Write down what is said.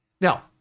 Now